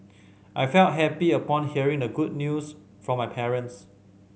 I felt happy upon hearing the good news from my parents